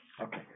Okay